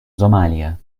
somalia